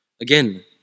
Again